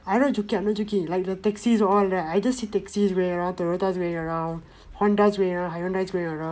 I'm not joking I'm not joking like the taxis and all that I just see taxis Toyotas going around Hondas going around Hyundais going around